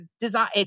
design